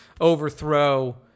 overthrow